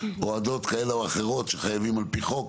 הורדות כאלה ואחרות שחייבים על פי חוק,